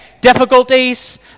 Difficulties